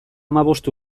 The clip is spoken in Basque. hamabost